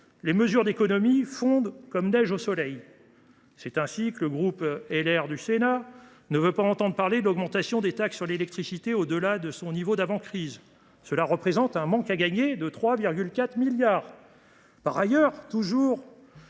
les mesures d’économie fondent comme neige au soleil. C’est ainsi que le groupe Les Républicains du Sénat ne veut pas entendre parler d’une augmentation des taxes sur l’électricité au delà de leur niveau d’avant crise : cela représente un manque à gagner de 3,4 milliards d’euros.